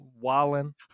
Wallen